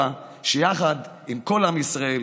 תוך שיתוף פעולה עם כלל הגורמים הרלוונטיים,